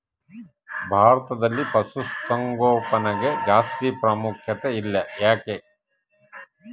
ಭಾರತದಲ್ಲಿ ಪಶುಸಾಂಗೋಪನೆಗೆ ಜಾಸ್ತಿ ಪ್ರಾಮುಖ್ಯತೆ ಇಲ್ಲ ಯಾಕೆ?